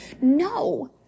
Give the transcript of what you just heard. No